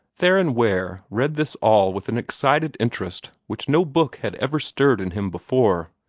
theron ware read this all with an excited interest which no book had ever stirred in him before.